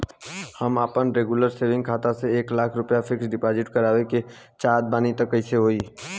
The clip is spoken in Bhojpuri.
हम आपन रेगुलर सेविंग खाता से एक लाख रुपया फिक्स डिपॉज़िट करवावे के चाहत बानी त कैसे होई?